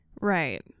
Right